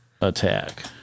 attack